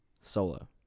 Solo